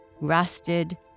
rusted